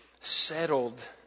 settled